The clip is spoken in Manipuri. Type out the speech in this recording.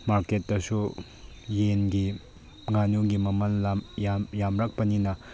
ꯃꯥꯔꯀꯦꯠꯇꯁꯨ ꯌꯦꯟꯒꯤ ꯉꯥꯅꯨꯒꯤ ꯃꯃꯜ ꯌꯥꯝ ꯌꯥꯝꯂꯛꯄꯅꯤꯅ